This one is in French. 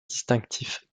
distinctif